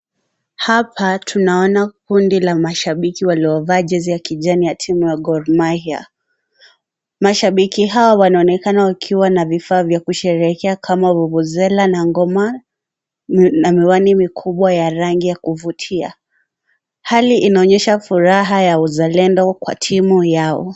Hapa tunaona kundi la mashabiki waliovaa jezi ya kijani ya timu ya Gor Mahia, mahabiki hawa wanaonekana wakiwa na vifaa vya kusherehekea kama vuvuzela na ngoma na miwani kubwa ya rangi ya kuvutia. Hali hii inaonyesha furaha ya uzalendo kwa timu yao.